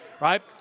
right